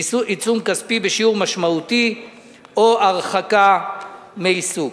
עיצום כספי בשיעור משמעותי או הרחקה מעיסוק.